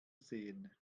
sehen